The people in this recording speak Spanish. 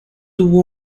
tuvo